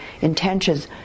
intentions